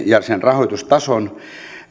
ja sen rahoitustason